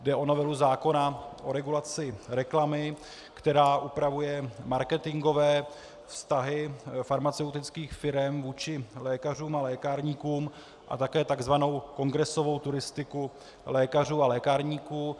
Jde o novelu zákona o regulaci reklamy, která upravuje marketingové vztahy farmaceutických firem vůči lékařům a lékárníkům a také takzvanou kongresovou turistiku lékařů a lékárníků.